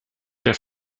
der